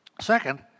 second